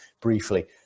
briefly